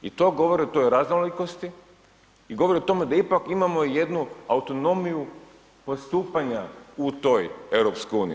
I to govori o toj raznolikosti i govori o tome da ipak imamo jednu autonomiju postupanja u toj EU.